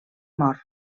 mor